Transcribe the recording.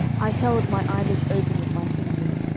i held my eyelids open with my fingers,